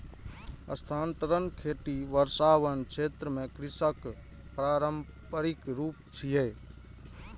स्थानांतरण खेती वर्षावन क्षेत्र मे कृषिक पारंपरिक रूप छियै